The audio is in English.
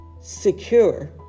secure